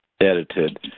edited